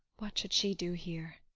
what should she do here?